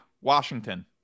Washington